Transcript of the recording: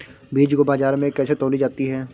बीज को बाजार में कैसे तौली जाती है?